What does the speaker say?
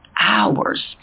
hours